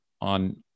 on